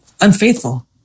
unfaithful